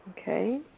Okay